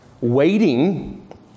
Waiting